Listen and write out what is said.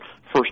first